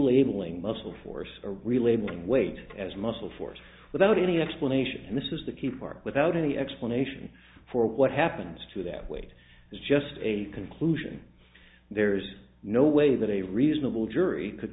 able ing muscle force relabeling weight as muscle force without any explanation and this is the key part without any explanation for what happens to that weight is just a conclusion there's no way that a reasonable jury could